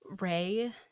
Ray